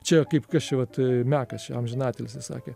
čia kaip kas čia vat mekas čia amžiną atilsį sakė